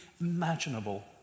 imaginable